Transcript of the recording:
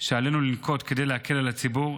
שעלינו לנקוט כדי להקל על הציבור,